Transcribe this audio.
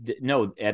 No